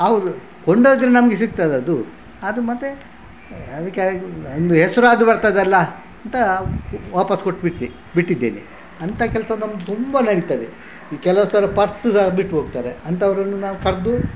ಅವರು ಕೊಂಡೋದರೆ ನಮಗೆ ಸಿಗ್ತದಾ ಅದು ಅದು ಮತ್ತು ಅದು ಕೆಲವು ಒಂದು ಹೆಸರಾದ್ರೂ ಬರ್ತದಲ್ಲ ಅಂತ ವಾಪಸ್ಸು ಕೊಟ್ಬಿಟ್ವಿ ಬಿಟ್ಟಿದ್ದೇನೆ ಅಂತ ಕೆಲಸ ನಮ್ದು ತುಂಬ ನಡೀತದೆ ಈ ಕೆಲವು ಸಲ ಪರ್ಸ್ ಸಹ ಬಿಟ್ಟೋಗ್ತಾರೆ ಅಂಥವರನ್ನು ನಾವು ಕರೆದು